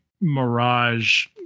Mirage